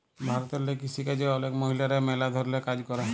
ভারতেল্লে কিসিকাজে অলেক মহিলারা ম্যালা ধরলের কাজ ক্যরে